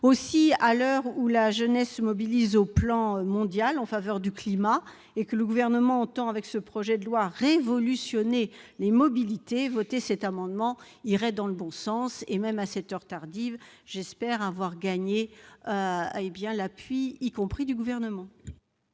Aussi, à l'heure où la jeunesse se mobilise au plan mondial en faveur du climat et où le Gouvernement entend avec ce projet de loi « révolutionner » les mobilités, voter cet amendement irait dans le bon sens. Même à cette heure tardive, j'espère avoir gagné l'appui de mes collègues,